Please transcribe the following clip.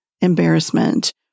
embarrassment